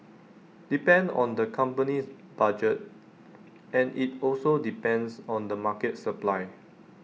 depend on the company's budget and IT also depends on the market supply